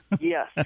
Yes